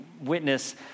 witness